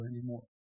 anymore